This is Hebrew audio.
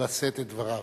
לשאת את דבריו.